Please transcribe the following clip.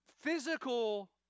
physical